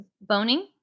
Boning